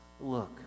Look